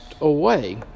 away